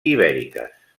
ibèriques